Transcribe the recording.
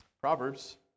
Proverbs